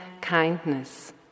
kindness